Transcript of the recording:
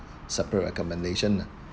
separate recommendation lah